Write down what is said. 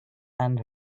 and